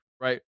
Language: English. right